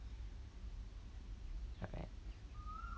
alright